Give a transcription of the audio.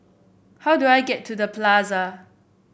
how do I get to The Plaza